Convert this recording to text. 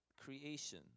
creation